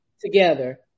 together